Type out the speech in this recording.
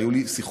והיו לי שיחות.